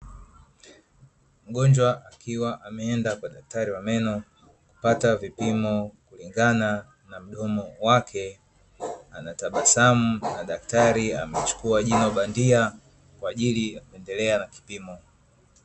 Mgonjwa akiwa ameenda kwa daktari wa meno kupata vipimo kulingana na mdomo wake, anatabasamu na daktari amechukua jino bandia kwa ajili ya kuendelea na kipimo.